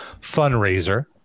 fundraiser